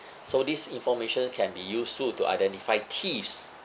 so this information can be useful to identify thieves